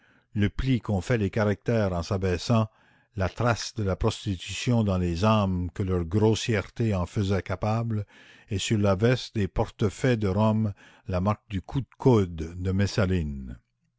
le pli qu'ont fait les caractères en s'abaissant la trace de la prostitution dans les âmes que leur grossièreté en faisait capables et sur la veste des portefaix de rome la marque du coup de coude de